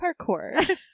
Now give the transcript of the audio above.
parkour